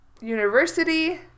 University